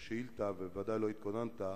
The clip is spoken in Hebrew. זו שאילתא, ובוודאי לא התכוננת,